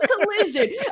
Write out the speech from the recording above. collision